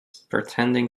pretending